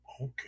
Okay